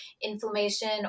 inflammation